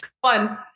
One